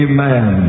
Amen